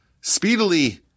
speedily